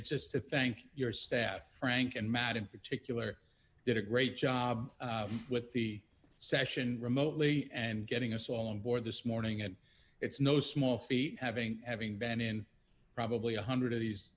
minute just to think your staff frank and matt in particular did a great job with the session remotely and getting us all on board this morning and it's no small feat having having been in probably a one hundred of these